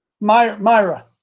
Myra